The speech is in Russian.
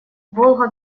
волго